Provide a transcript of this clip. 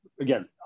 again